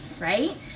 right